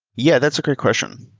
yeah, that's a great question.